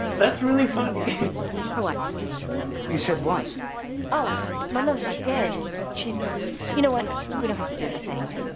that's really funny for what like you said was oh my mother's not dead. she's you know what we don't have to do the thing.